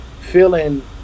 feeling